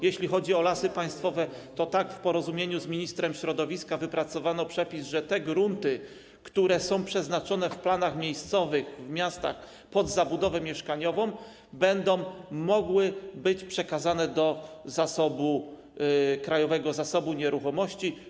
Jeśli chodzi o Lasy Państwowe, to w porozumieniu z ministrem środowiska wypracowano przepis, że te grunty, które są przeznaczone w planach miejscowych, w miastach pod zabudowę mieszkaniową, będą mogły być przekazane do Krajowego Zasobu Nieruchomości.